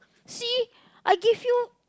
see I give you